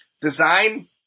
design